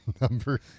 Number